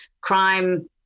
crime